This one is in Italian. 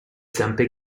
zampe